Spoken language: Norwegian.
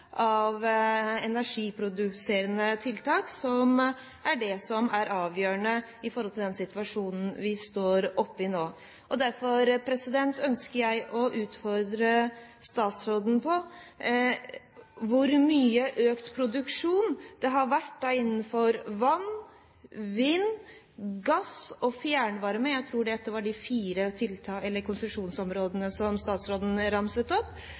av energiproduserende tiltak som er det som er avgjørende for den situasjonen vi står oppe i nå. Derfor ønsker jeg å utfordre statsråden på hvor mye økt produksjon det har vært innenfor vann, vind, gass og fjernvarme – jeg tror det var disse fire konsesjonsområdene som statsråden ramset opp